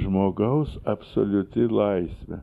žmogaus absoliuti laisvė